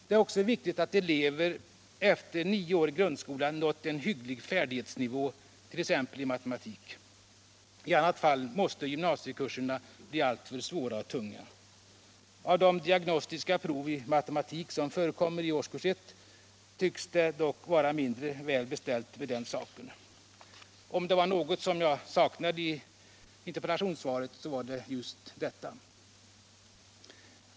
Det är också viktigt att elever efter nio år i grundskolan nått en hygglig färdighetsnivå, t.ex. i matematik — i annat fall blir gymnasiekurserna alltför svåra och tunga. Av de diagnostiska prov i matematik som förekommer i årskurs 1 i gymnasieskolan kan man notera att det tycks vara mindre väl beställt med färdighetsnivån efter grundskolan. Om det var något jag saknade i interpellationssvaret, så var det en redogörelse på just denna punkt.